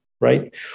Right